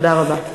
תודה רבה.